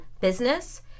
business